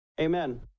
Amen